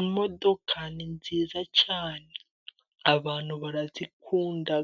Imodoka ni nziza cyane, abantu barazikunda,